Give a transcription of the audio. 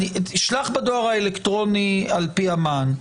תשלח בדואר האלקטרוני על פי המען,